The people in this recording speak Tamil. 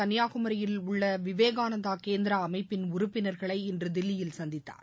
கன்னியாகுமரியில் உள்ள விவேகானந்தா கேந்திரா அமைப்பின் உறுப்பினர்களை இன்று தில்லியில் சந்தித்தார்